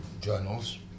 journals